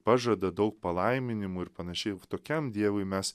pažada daug palaiminimų ir panašiai tokiam dievui mes